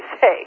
say